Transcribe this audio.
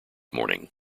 morning